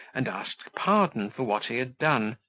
and asked pardon for what he had done,